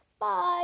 Bye